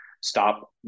stop